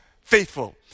faithful